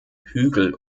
hügel